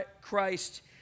Christ